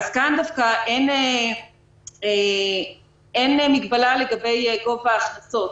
כאן דווקא אין מגבלה לגבי גובה ההכנסות.